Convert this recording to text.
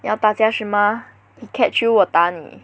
要打架是吗 he catch you 我打你